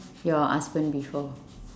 your husband before